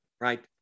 right